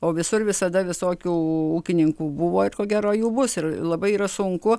o visur visada visokių ūkininkų buvo ir ko gero jų bus ir labai yra sunku